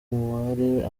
umubare